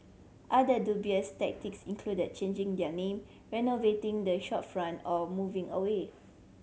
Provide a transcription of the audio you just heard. other dubious tactics included changing their name renovating the shopfront or moving away